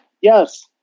Yes